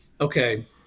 okay